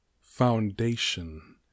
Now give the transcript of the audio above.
foundation